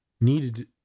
needed